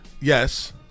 Yes